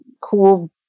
cool